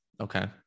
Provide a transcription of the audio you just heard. Okay